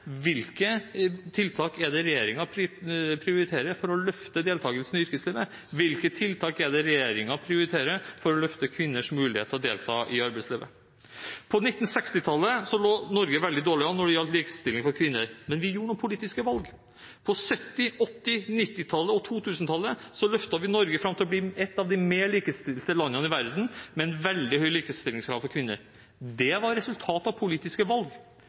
hvilke tiltak regjeringen prioriterer for å løfte deltakelsen i yrkeslivet. Hvilke tiltak er det regjeringen prioriterer for å løfte kvinners mulighet til å delta i arbeidslivet? På 1960-tallet lå Norge veldig dårlig an når det gjaldt likestilling for kvinner, men vi gjorde noen politiske valg. På 1970–1980–1990-tallet og på 2000-tallet løftet man Norge til å bli et av de mest likestilte landene i verden, med en veldig høy grad av likestilling for kvinner. Dette var resultat av politiske valg.